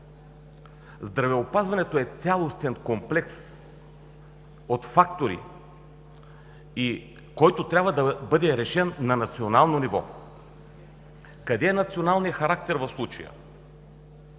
Здравеопазването е цялостен комплекс фактори, който трябва да бъде решен на национално ниво. Къде е националният характер в случая?